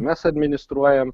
mes administruojam